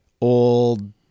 old